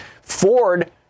Ford